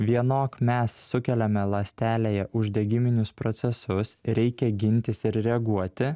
vienok mes sukeliame ląstelėje uždegiminius procesus reikia gintis ir reaguoti